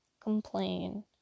complain